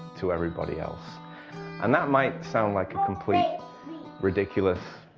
to everybody else and that might sound like a complete ridiculous,